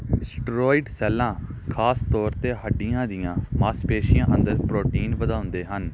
steroid ਸੈੱਲਾਂ ਖ਼ਾਸ ਤੌਰ 'ਤੇ ਹੱਡੀਆਂ ਦੀਆਂ ਮਾਸਪੇਸ਼ੀਆਂ ਅੰਦਰ ਪ੍ਰੋਟੀਨ ਵਧਾਉਂਦੇ ਹਨ